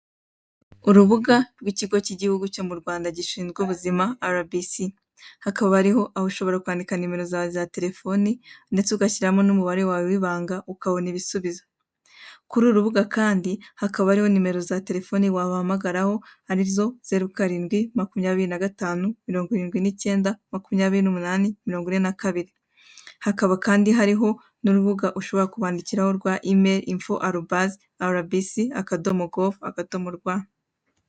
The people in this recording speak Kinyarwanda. Urubuga rw'Ikigo cy'Igihugu cyo mu Rwanda Gishinzwe Ubuzima RBC. Hakaba hariho aho ushobora kwandika nomero zawe za telefone, ndetse ugashyiramo n'umubare wawe w'ibanga ukabona ibisubizo. Kuri uru rubuga kandi, hakaba hariho nimero za telefone wabahamagaraho ari zo: zeru karindwi, makumyabiri na gatanu, mirongo irindwi n'icyenda, makumyabiri n'umunani, mirongo ine na kabiri. Hakaba kandi hariho n'urubuga ushobora kubandikiraho rwa E-mail: info@rbc.gov.rw.